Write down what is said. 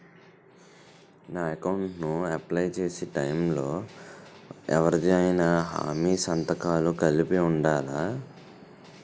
నా అకౌంట్ ను అప్లై చేసి టైం లో ఎవరిదైనా హామీ సంతకాలు కలిపి ఉండలా?